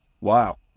Wow